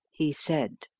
he said.